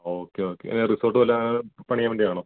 ആ okay okay resort വല്ലതും പണിയാൻ വേണ്ടിയാണോ